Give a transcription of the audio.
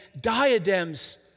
diadems